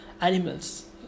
animals